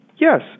Yes